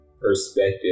perspective